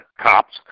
cops